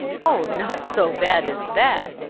oh, not so bad as that!